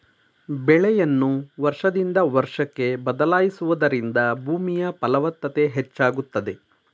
ಬೆಳೆಯನ್ನು ವರ್ಷದಿಂದ ವರ್ಷಕ್ಕೆ ಬದಲಾಯಿಸುವುದರಿಂದ ಭೂಮಿಯ ಫಲವತ್ತತೆ ಹೆಚ್ಚಾಗುತ್ತದೆ